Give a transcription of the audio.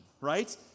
right